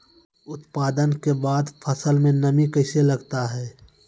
उत्पादन के बाद फसल मे नमी कैसे लगता हैं?